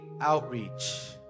Outreach